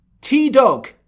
T-Dog